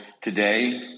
Today